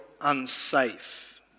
unsafe